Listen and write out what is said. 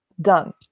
Done